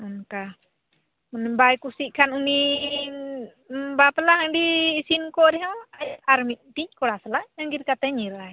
ᱦᱮᱸ ᱚᱱᱠᱟ ᱢᱟᱱᱮ ᱵᱟᱭ ᱠᱩᱥᱤᱜ ᱠᱷᱟᱱ ᱩᱱᱤ ᱵᱟᱯᱞᱟ ᱦᱟᱺᱰᱤ ᱤᱥᱤᱱ ᱠᱚᱜ ᱨᱮᱦᱚᱸ ᱟᱨ ᱢᱤᱫᱴᱤᱡ ᱠᱚᱲᱟ ᱥᱟᱞᱟᱜ ᱟᱹᱜᱤᱨ ᱠᱟᱛᱮᱫ ᱧᱤᱨᱟᱭ